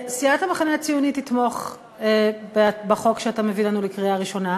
סיעת המחנה הציוני תתמוך בחוק שאתה מביא לנו לקריאה ראשונה,